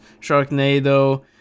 Sharknado